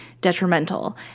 detrimental